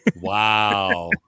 wow